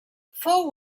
fou